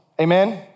Amen